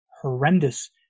horrendous